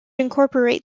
incorporate